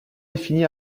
défini